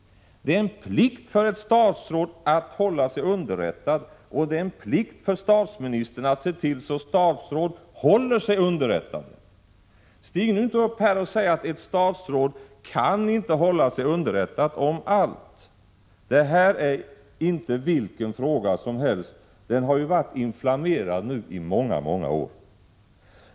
Det är en plikt för ett statsråd att hålla sig underrättad och det är en plikt för statsministern att se till att statsråd håller sig underrättade. Stig nu inte upp här och säg att ett statsråd inte kan hålla sig underrättad om allt! Det här är inte vilken fråga som helst. Frågan har ju varit inflammerad i många många år.